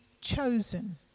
chosen